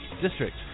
district